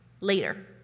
later